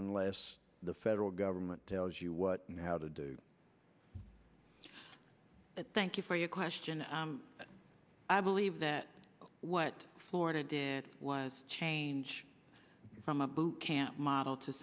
unless the federal government tells you what to do but thank you for your question i believe that what florida did was change from a boot camp model to